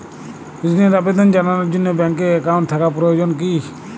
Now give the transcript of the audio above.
ঋণের আবেদন জানানোর জন্য ব্যাঙ্কে অ্যাকাউন্ট থাকা প্রয়োজন কী?